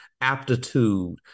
aptitude